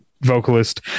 vocalist